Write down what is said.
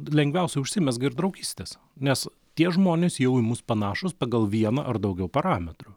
lengviausiai užsimezga ir draugystės nes tie žmonės jau į mus panašūs pagal vieną ar daugiau parametrų